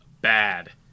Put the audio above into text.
bad